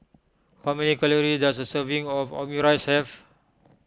how many calories does a serving of Omurice have